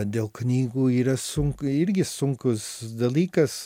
dėl knygų yra sunku irgi sunkus dalykas